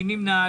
מי נמנע?